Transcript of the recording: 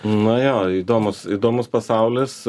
nu jo įdomus įdomus pasaulis